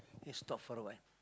eh stop for a while